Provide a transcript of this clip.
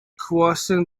crossing